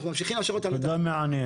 אנחנו ממשיכים לאשר אותם --- נקודה מעניינת.